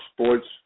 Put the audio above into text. sports